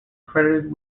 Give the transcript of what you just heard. credited